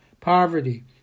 poverty